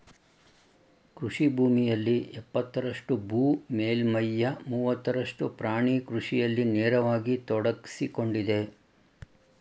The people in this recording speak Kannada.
ಕೃಷಿ ಭೂಮಿಯಲ್ಲಿ ಎಪ್ಪತ್ತರಷ್ಟು ಭೂ ಮೇಲ್ಮೈಯ ಮೂವತ್ತರಷ್ಟು ಪ್ರಾಣಿ ಕೃಷಿಯಲ್ಲಿ ನೇರವಾಗಿ ತೊಡಗ್ಸಿಕೊಂಡಿದೆ